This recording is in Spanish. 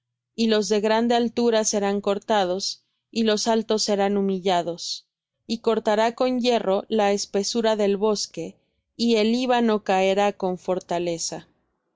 y los de grande altura serán cortados y los altos serán humillados y cortará con hierro la espesura del bosque y el líbano caerá con fortaleza